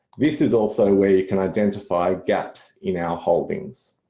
this is also where you can identify gaps in our holdings.